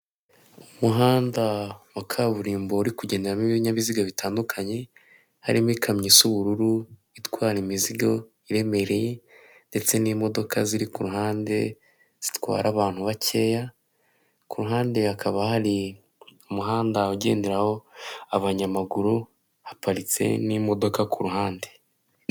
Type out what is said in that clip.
Umuhanda wa kaburimbo uri ku kugendaneramo ibinyabiziga bitandukanye harimo ikamyo isa ubururu itwara imizigo iremereye ndetse n'imodoka ziri ku mpande zitwara abantu bakeya kuhande hakaba hari umuhanda ugenderaho abanyamaguru haparitse n'imodoka kuruhande.